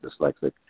dyslexic